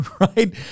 right